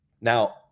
now